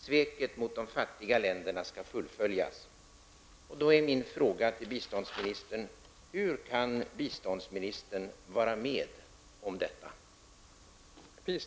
Sveket mot de fattiga länderna skall fullföljas.